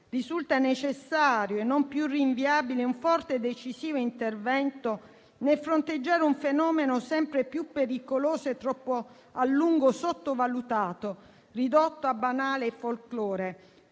risulta necessario e non più rinviabile un forte e decisivo intervento nel fronteggiare un fenomeno sempre più pericoloso e troppo a lungo sottovalutato, ridotto a banale folklore.